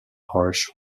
harsh